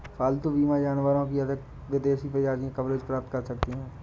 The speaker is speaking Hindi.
पालतू बीमा जानवरों की अधिक विदेशी प्रजातियां कवरेज प्राप्त कर सकती हैं